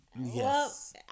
Yes